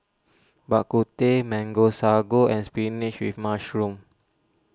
Bak Kut Teh Mango Sago and Spinach with Mushroom